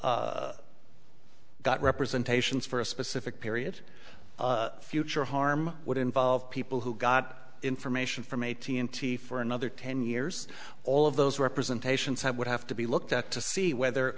mcardle got representations for a specific period future harm would involve people who got information from a t n t for another ten years all of those representations have would have to be looked at to see whether